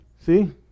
See